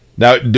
Now